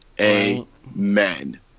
Amen